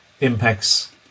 impacts